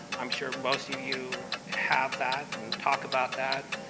i'm sure most of you have that, and talk about that,